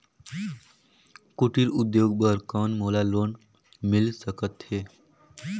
कुटीर उद्योग बर कौन मोला लोन मिल सकत हे?